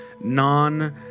non-